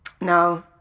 No